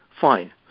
Fine